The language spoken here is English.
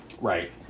Right